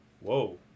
Whoa